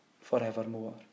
forevermore